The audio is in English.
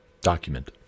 document